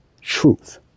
truth